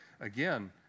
again